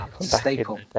staple